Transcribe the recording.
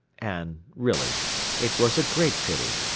and really it was a great pity,